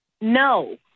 No